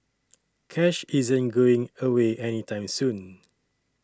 cash isn't going away any time soon